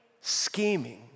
scheming